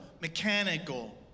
mechanical